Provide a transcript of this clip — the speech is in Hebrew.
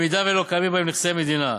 אם לא קיימים בהן נכסי מדינה.